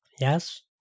Yes